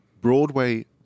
Broadway